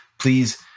Please